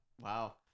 Wow